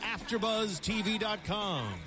AfterbuzzTV.com